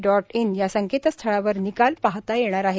dot in या संकेतस्थळावर निकाल पाहता येणार आहे